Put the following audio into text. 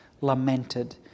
lamented